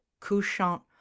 couchant